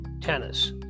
tennis